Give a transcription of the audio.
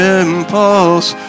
impulse